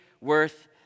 worth